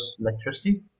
electricity